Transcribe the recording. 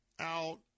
out